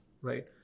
right